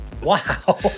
wow